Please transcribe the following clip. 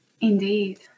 Indeed